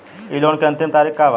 इ लोन के अन्तिम तारीख का बा?